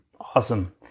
Awesome